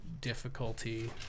difficulty